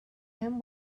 him